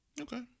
Okay